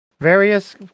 Various